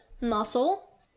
muscle